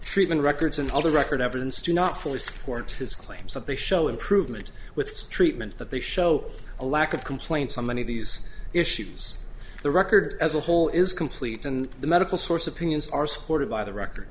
treatment records and other record evidence do not fully support his claims that they show improvement with treatment but they show a lack of complaints on many of these issues the record as a whole is complete and the medical source opinions are supported by the record